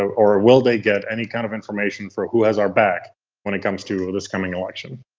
or will they get any kind of information for who has our back when it comes to this coming election?